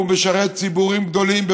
שמשרת ציבורים גדולים,